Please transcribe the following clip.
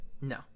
No